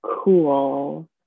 cool